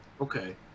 Okay